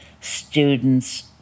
students